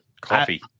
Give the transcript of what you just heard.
coffee